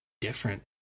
different